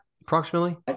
approximately